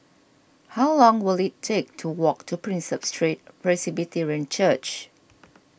how long will it take to walk to Prinsep Street Presbyterian Church